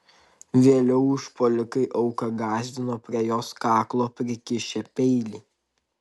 vėliau užpuolikai auką gąsdino prie jos kaklo prikišę peilį